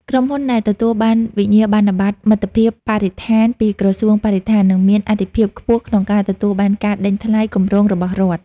ក្រុមហ៊ុនដែលទទួលបានវិញ្ញាបនបត្រមិត្តភាពបរិស្ថានពីក្រសួងបរិស្ថាន នឹងមានអាទិភាពខ្ពស់ក្នុងការទទួលបានការដេញថ្លៃគម្រោងរបស់រដ្ឋ។